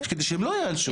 כדי שהם לא ייענשו.